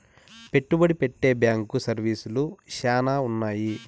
పెట్టుబడి పెట్టే బ్యాంకు సర్వీసులు శ్యానా ఉన్నాయి